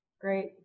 Great